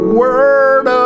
word